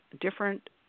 different